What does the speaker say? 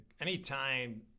anytime